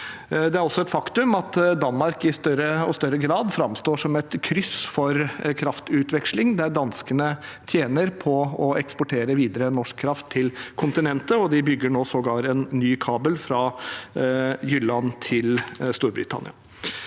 Det er også et faktum at Danmark i større og større grad framstår som et kryss for kraftutveksling, der danskene tjener på å eksportere norsk kraft videre til kontinentet. De bygger sågar en ny kabel fra Jylland til Storbritannia.